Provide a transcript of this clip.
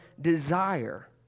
desire